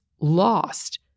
lost